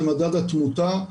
זה מדד התמותה,